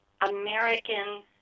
American